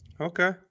Okay